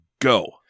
Go